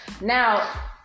Now